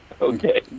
Okay